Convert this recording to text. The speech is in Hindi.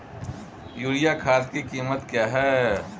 यूरिया खाद की कीमत क्या है?